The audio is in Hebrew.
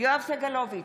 יואב סגלוביץ'